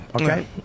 Okay